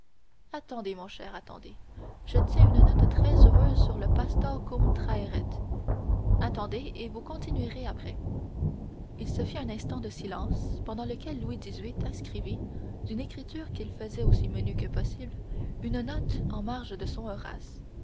attendez mon cher attendez je tiens une note très heureuse sur le pastor quum traheret attendez et vous continuerez après il se fit un instant de silence pendant lequel louis xviii inscrivit d'une écriture qu'il faisait aussi menue que possible une nouvelle note en marge de son horace